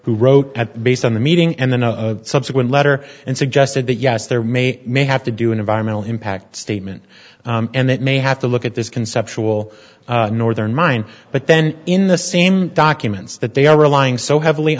who wrote at based on the meeting and then a subsequent letter and suggested that yes there may may have to do an environmental impact statement and that may have to look at this conceptual northern mine but then in the same documents that they are relying so heavily